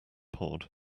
pod